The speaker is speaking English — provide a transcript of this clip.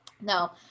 no